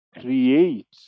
create